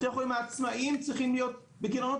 בתי החולים העצמאים נמצאים בגירעונות